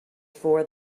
for